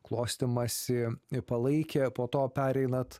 klostymąsi i palaikė po to pereinat